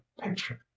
picture